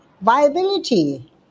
viability